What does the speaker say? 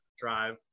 drive